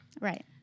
Right